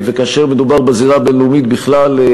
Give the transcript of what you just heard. וכאשר מדובר בזירה הבין-לאומית בכלל,